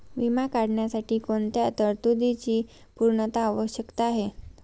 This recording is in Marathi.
विमा काढण्यासाठी कोणत्या तरतूदींची पूर्णता आवश्यक आहे?